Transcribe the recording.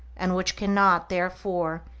and which cannot, therefore,